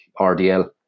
RDL